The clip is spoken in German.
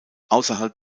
außerhalb